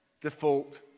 default